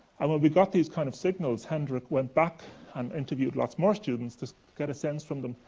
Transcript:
and when we got these kind of signals, hendra went back and interviewed lots more students to get a sense from them,